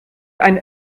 einen